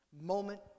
moment